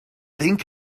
think